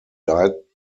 died